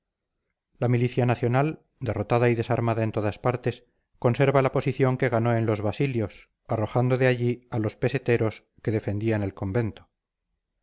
la milicia nacional derrotada y desarmada en todas partes conserva la posición que ganó en los basilios arrojando de allí a los peseteros que defendían el convento